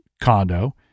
condo